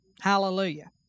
Hallelujah